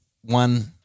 one